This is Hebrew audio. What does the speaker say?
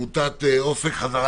עמותת אופק חזרה